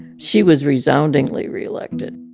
she was resoundingly reelected